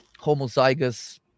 homozygous